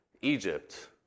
Egypt